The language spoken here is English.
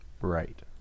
Right